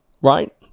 right